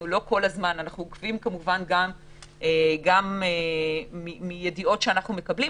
גם אנחנו עוקבים, אבל מידיעות שאנחנו מקבלים.